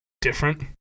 different